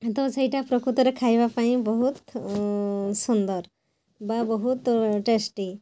ତ ସେଇଟା ଖାଇବା ପାଇଁ ପ୍ରକୃତରେ ବହୁତ ସୁନ୍ଦର ବା ବହୁତ ଟେଷ୍ଟି